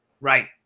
Right